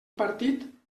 partit